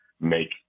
make